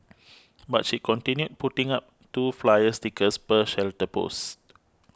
but she continued putting up two flyer stickers per shelter post